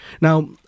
Now